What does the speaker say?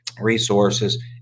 resources